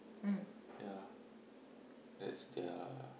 ya that's their